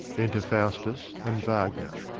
enter faustus and wagner.